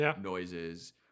noises